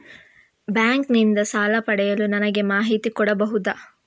Bank ನಿಂದ ಸಾಲ ಪಡೆಯಲು ನನಗೆ ಮಾಹಿತಿ ಕೊಡಬಹುದ?